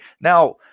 now